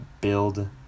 build